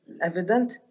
evident